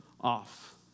off